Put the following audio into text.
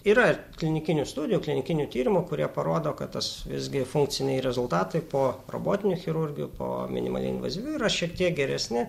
yra ir klinikinių studijų klinikinių tyrimų kurie parodo kad tas visgi funkciniai rezultatai po robotinių chirurgijų po minimaliai invazyvių yra šiek tiek geresni